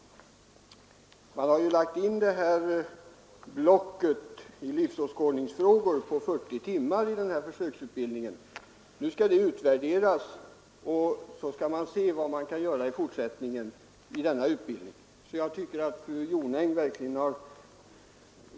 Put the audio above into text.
I denna försöksutbildning har ett block på 40 timmar lagts in i livsåskådningsfrågor. Nu skall resultatet utvärderas, och så skall man se vad som i fortsättningen kan göras beträffande denna utbildning.